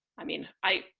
i mean, i,